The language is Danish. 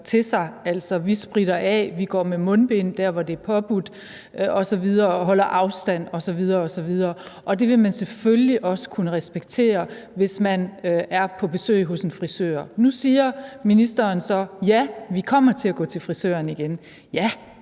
til sig. Altså, vi spritter af, vi går med mundbind der, hvor det er påbudt, og vi holder afstand osv. osv. Og det vil man selvfølgelig også kunne respektere, hvis man er på besøg hos en frisør. Nu siger ministeren så: Ja, vi kommer til at gå til frisøren igen. Ja,